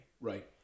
Right